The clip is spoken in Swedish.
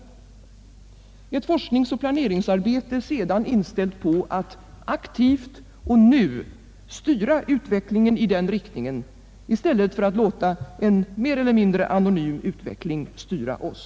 Det skall vara ett forskningsoch planeringsarbete inställt på att aktivt och nu styra utvecklingen i den riktningen i stället för att låta en mer eller mindre anonym utveckling styra oss.